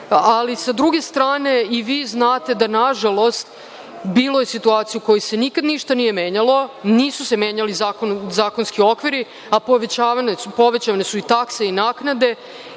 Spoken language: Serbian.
Ali, sa druge strane, i vi znate da je nažalost bilo situacija u kojima se nikad ništa nije menjalo, nisu se menjali zakonski okviri, a povećane su i takse i naknade.